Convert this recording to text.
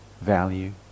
value